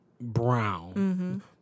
brown